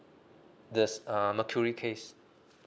there's uh mercury case